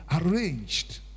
arranged